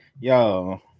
yo